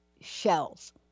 shells